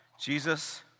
Jesus